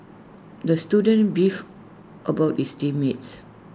the student beefed about his team mates